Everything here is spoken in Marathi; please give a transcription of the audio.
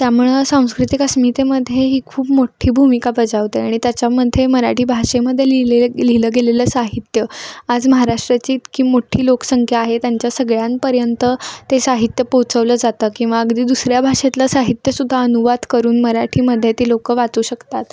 त्यामुळं सांस्कृतिक अस्मितेमध्ये ही खूप मोठ्ठी भूमिका बजावते आणि त्याच्यामध्ये मराठी भाषेमध्ये लिहिलेले लिहिलं गेलेलं साहित्य आज महाराष्ट्राची इतकी मोठ्ठी लोकसंख्या आहे त्यांच्या सगळ्यांपर्यंत ते साहित्य पोचवलं जातं किंवा अगदी दुसऱ्या भाषेतलं साहित्य सुद्धा अनुवाद करून मराठीमध्ये ते लोक वाचू शकतात